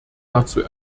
dazu